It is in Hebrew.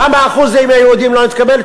כמה אחוזים מהיהודים לא התקבלו?